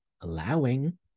allowing